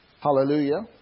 Hallelujah